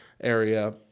area